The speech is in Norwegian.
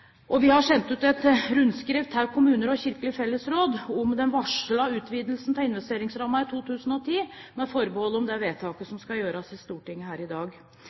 Vi har sendt ut et rundskriv til kommuner og kirkelige fellesråd og varslet om den utvidede investeringsrammen i 2010, med forbehold om det vedtaket som skal gjøres i Stortinget her i dag.